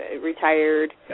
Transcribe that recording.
retired